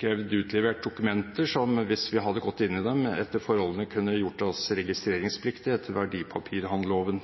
krevd utlevert dokumenter som, hvis vi hadde gått inn i dem, etter forholdene kunne gjort oss registreringspliktig etter verdipapirhandelloven